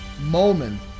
moment